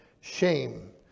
shame